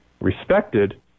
respected